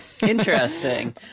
Interesting